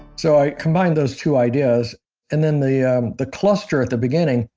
so i combined those two ideas and then the um the cluster at the beginning.